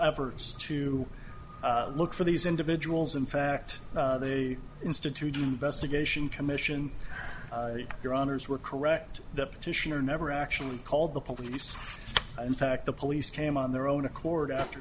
efforts to look for these individuals in fact they instituted investigation commission your honour's were correct the petitioner never actually called the police in fact the police came on their own accord after